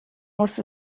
muss